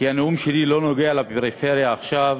כי הנאום שלי לא נוגע לפריפריה עכשיו,